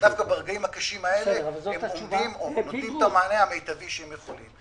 ודווקא ברגעים הקשים האלה הם נותנים את המענה המיטבי שהם יכולים.